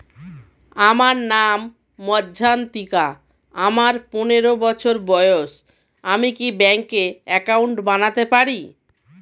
আমার নাম মজ্ঝন্তিকা, আমার পনেরো বছর বয়স, আমি কি ব্যঙ্কে একাউন্ট বানাতে পারি?